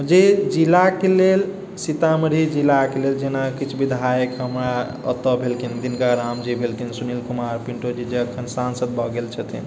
जे जिलाके लेल सीतामढ़ी जिलाके लेल जेना किछु विधायक हमरा ओतऽ भेलखिन जिनकर नाम जे भेलखिन सुनील कुमार पिण्टू जी जे अखन सांसद भऽ गेल छथिन